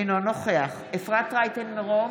אינו נוכח אפרת רייטן מרום,